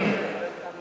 זה טעות.